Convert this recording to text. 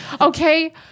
okay